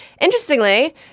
Interestingly